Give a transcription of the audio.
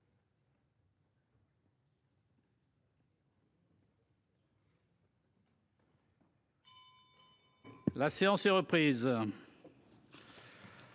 La séance est reprise.